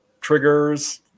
triggers